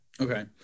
Okay